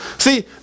See